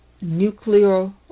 nuclear